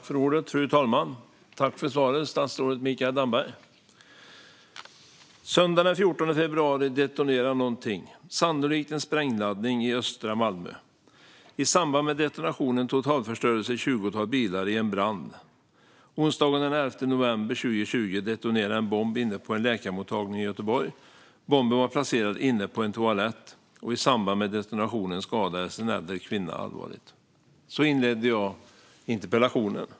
Fru talman! Jag tackar statsrådet Mikael Damberg för svaret. Söndagen den 14 februari detonerade någonting, sannolikt en sprängladdning, i östra Malmö. I samband med detonationen totalförstördes ett tjugotal bilar i en brand. Onsdagen den 11 november 2020 detonerade en bomb inne på en läkarmottagning i Göteborg. Bomben var placerad inne på en toalett, och i samband med detonationen skadades en äldre kvinna allvarligt. Så inledde jag interpellationen.